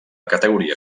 categoria